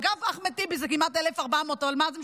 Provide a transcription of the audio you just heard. אגב, אחמד טיבי, זה כמעט 1,400, אבל מה זה משנה?